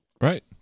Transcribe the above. Right